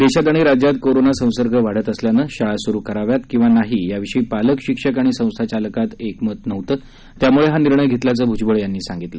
देशात आणि राज्यात कोरोना संसर्ग वाढत असल्यानं शाळा सुरू करव्यात किंवा नाही याविषयी पालक शिक्षक आणि संस्थाचालक यांच्यात एकमत नव्हतं त्यामुळे हा निर्णय घेतल्याची माहिती भूजबळ यांनी दिली